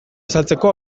azaltzeko